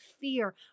fear